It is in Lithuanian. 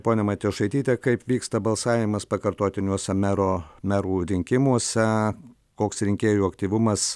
ponia matijošaityte kaip vyksta balsavimas pakartotiniuose mero merų rinkimuose koks rinkėjų aktyvumas